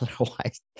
Otherwise